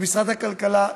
במשרד הכלכלה,